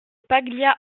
paglia